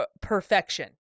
perfection